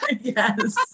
Yes